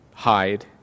hide